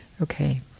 Okay